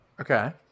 Okay